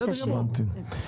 הבנתי.